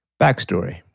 Backstory